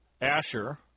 Asher